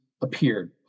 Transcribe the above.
appeared